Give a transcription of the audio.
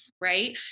Right